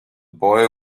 boy